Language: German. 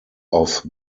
auf